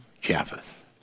Japheth